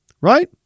Right